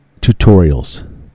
tutorials